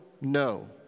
no